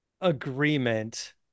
agreement